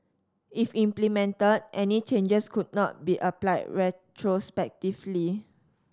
if implemented any changes could not be applied retrospectively